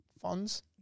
Funds